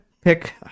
pick